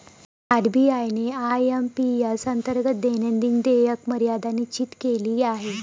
RBI ने IMPS अंतर्गत दैनंदिन देयक मर्यादा निश्चित केली आहे